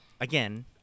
again